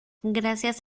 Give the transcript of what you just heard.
gracias